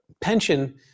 pension